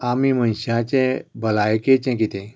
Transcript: आमी मनशाचे भलायकेचें कितें